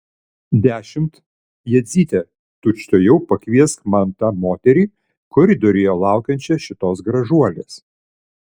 dešimt jadzyte tučtuojau pakviesk man tą moterį koridoriuje laukiančią šitos gražuolės